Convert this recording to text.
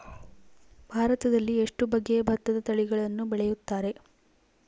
ಭಾರತದಲ್ಲಿ ಎಷ್ಟು ಬಗೆಯ ಭತ್ತದ ತಳಿಗಳನ್ನು ಬೆಳೆಯುತ್ತಾರೆ?